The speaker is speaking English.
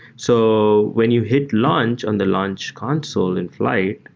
so when you hit launch on the launch console in flyte,